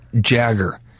Jagger